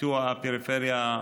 פיתוח הפריפריה,